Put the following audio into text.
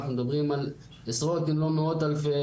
אנחנו מדברים על עשרות אם לא מאות אלפי